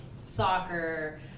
Soccer